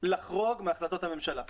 לחרוג מהחלטות הממשלה.